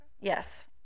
Yes